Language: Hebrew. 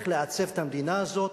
איך לעצב את המדינה הזאת,